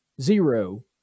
zero